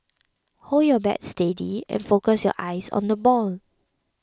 hold your bat steady and focus your eyes on the ball